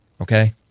Okay